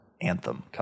Anthem